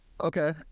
Okay